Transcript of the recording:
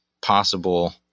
possible